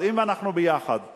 אז אם אנחנו ביחד רואים,